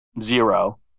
zero